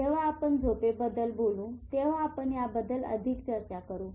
जेव्हा आपण झोपेबद्दल बोलू तेव्हा आपण याबद्दल अधिक चर्चा करू